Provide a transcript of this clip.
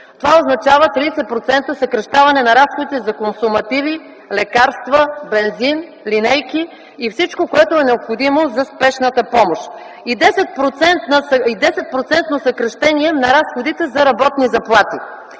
Това означава 30% съкращаване на разходите за консумативи, лекарства, бензин, линейки и всичко, необходимо за спешната помощ. И 10% съкращение на разходите за работни заплати.